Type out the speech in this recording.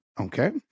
Okay